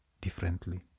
differently